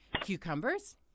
cucumbers